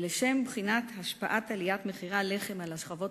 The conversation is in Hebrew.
לשם בחינת השפעת עליית מחירי הלחם על השכבות